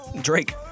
Drake